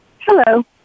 Hello